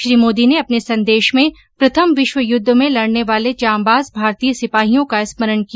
श्री मोदी ने अपने संदेश में प्रथम विश्व युद्ध में लड़ने वाले जाबांज भारतीय सिपाहियों का स्मरण किया